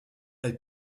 elle